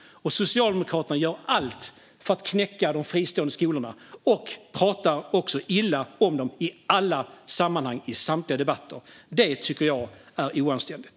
Socialdemokraterna gör allt för att knäcka de fristående skolorna och pratar illa om dem i alla sammanhang i samtliga debatter. Detta tycker jag är oanständigt.